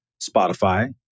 Spotify